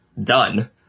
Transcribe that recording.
done